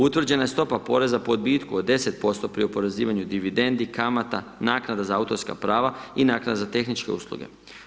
Utvrđena je stopa poreza po odbitku od 10% pri oporezivanju dividendi, kamata, naknada za autorska prava i naknada za tehničke usluge.